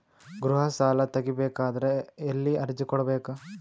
ಗೃಹ ಸಾಲಾ ತಗಿ ಬೇಕಾದರ ಎಲ್ಲಿ ಅರ್ಜಿ ಕೊಡಬೇಕು?